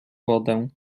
wodę